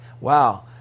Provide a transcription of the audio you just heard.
wow